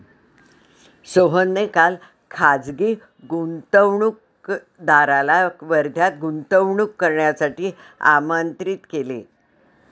सोहनने काल खासगी गुंतवणूकदाराला वर्ध्यात गुंतवणूक करण्यासाठी आमंत्रित केले